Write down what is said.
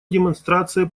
демонстрация